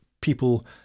people